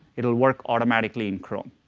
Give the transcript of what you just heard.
it'll work automatically in chrome.